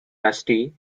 rusty